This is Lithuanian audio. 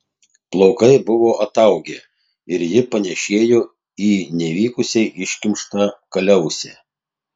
plaukai buvo ataugę ir ji panėšėjo į nevykusiai iškimštą kaliausę